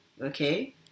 Okay